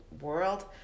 world